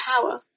power